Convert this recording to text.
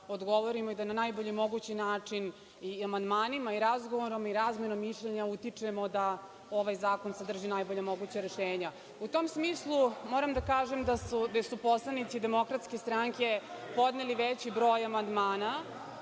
odgovorimo i da na najbolji mogući način i amandmanima i razgovorom i razmenom mišljenja utičemo da ovaj zakon sadrži najbolja moguća rešenja.U tom smislu moram da kažem da su poslanici DS podneli veći broj amandmana.